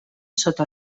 sota